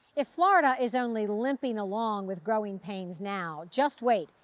if florida is only limping along with growing pains now, just wait.